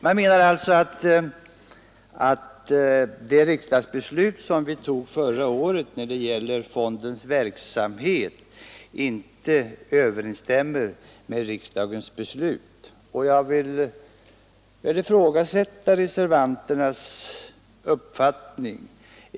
Man anser att fondens verksamhet inte överensstämmer med riksdagens beslut förra året. Jag ifrågasätter denna reservanternas uppfattning.